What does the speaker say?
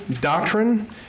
doctrine